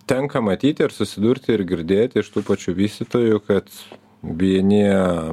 tenka matyti ir susidurti ir girdėti iš tų pačių vystytojų kad vieni